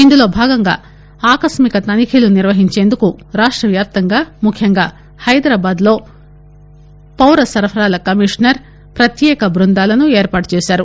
ఇదులో భాగంగా ఆకస్మిక తనిఖీలు నిర్వహించేందుకు రాష్ట వ్యాప్తంగా ముఖ్యంగా హైదరాబాద్ లో పౌర సరఫరాల కమిషనర్ ప్రత్యేక బృందాలను ఏర్పాటు చేశారు